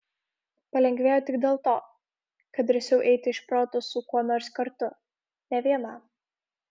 palengvėjo tik dėl to kad drąsiau eiti iš proto su kuo nors kartu ne vienam